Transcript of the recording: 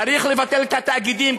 צריך לבטל את התאגידים,